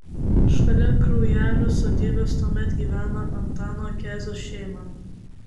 šalia kraujelių sodybos tuomet gyveno antano kezio šeima